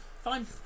fine